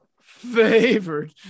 favored